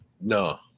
No